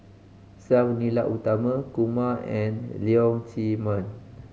Sang Nila Utama Kumar and Leong Chee Mun